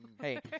Hey